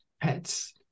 pets